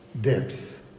depth